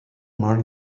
money